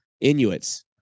inuits